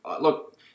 look